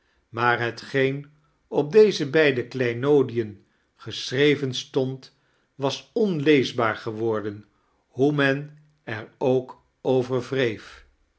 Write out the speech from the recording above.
maar heitgeen op deze beide kleinoodien geschreven stond was onleesibaar geworden hoe men er ook over wreef